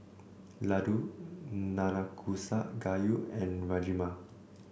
Ladoo Nanakusa Gayu and Rajma